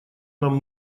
нам